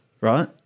right